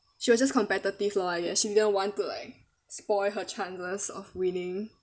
she was just competitive lor I guess she didn't want to like spoil her chances of winning